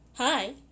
Hi